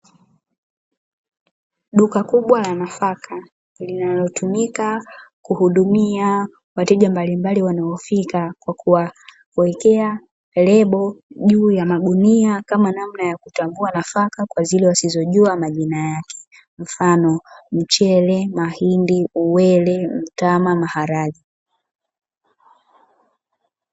Duka kubwa la nafaka linalotumika kuhudumia wateja mbalimbali wanaofika kwa kuwawekea lebo juu ya magunia kama namna ya kutambua nafaka na kwa zile wasizojua majina yake, mfano: mchele, mahindi, uwele, mtama na maharage.